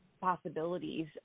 possibilities